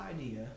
idea